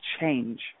change